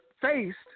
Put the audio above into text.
Faced